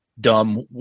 dumb